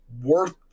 worth